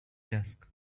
desk